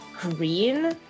green